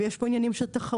ויש פה עניינים של תחרות,